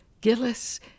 Gillis